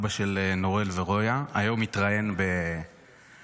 אבא של נורל ורויה היום התראיין בחדשות,